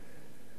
ממש